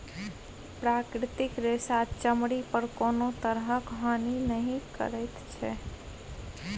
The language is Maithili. प्राकृतिक रेशा चमड़ी पर कोनो तरहक हानि नहि करैत छै